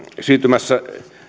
siirtymässä